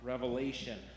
Revelation